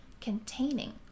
containing